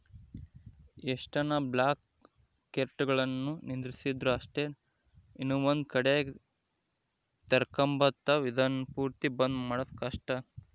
ಎಷ್ಟನ ಬ್ಲಾಕ್ಮಾರ್ಕೆಟ್ಗುಳುನ್ನ ನಿಂದಿರ್ಸಿದ್ರು ಅಷ್ಟೇ ಇನವಂದ್ ಕಡಿಗೆ ತೆರಕಂಬ್ತಾವ, ಇದುನ್ನ ಪೂರ್ತಿ ಬಂದ್ ಮಾಡೋದು ಕಷ್ಟ